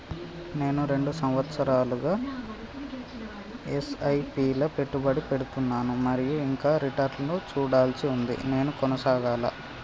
నేను రెండు సంవత్సరాలుగా ల ఎస్.ఐ.పి లా పెట్టుబడి పెడుతున్నాను మరియు ఇంకా రిటర్న్ లు చూడాల్సి ఉంది నేను కొనసాగాలా?